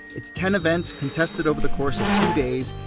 it's ten events, contested over the course of two days,